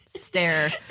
Stare